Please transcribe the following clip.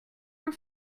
your